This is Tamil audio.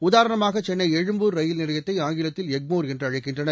உதாரணமாக சென்னை எழும்பூர் ரயில் நிலையத்தை ஆங்கிலத்தில் எக்மோர் என்று அழைக்கின்றனர்